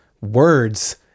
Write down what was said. words